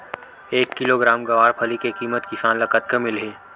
एक किलोग्राम गवारफली के किमत किसान ल कतका मिलही?